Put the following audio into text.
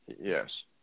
Yes